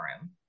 room